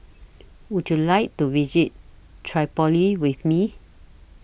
Would YOU like to visit Tripoli with Me